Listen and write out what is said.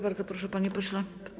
Bardzo proszę, panie pośle.